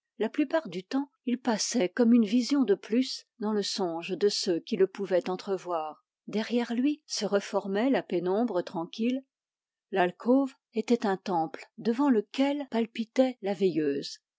la plupart du temps il passait comme une vision de plus dans le songe de ceux qui le pouvaient entrevoir derrière lui se reformait la pénombre tranquille l'alcôve était un temple devant lequel palpitait la veilleuse